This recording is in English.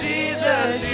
Jesus